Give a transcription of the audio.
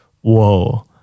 whoa